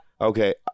Okay